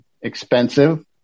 expensive